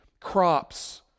crops